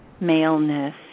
maleness